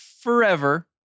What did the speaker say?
forever